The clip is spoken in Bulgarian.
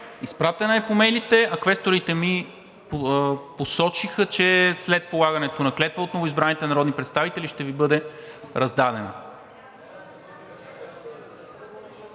изпратен е по имейлите, а квесторите ми посочиха, че след полагането на клетва от новоизбраните народни представители ще Ви бъде раздаден.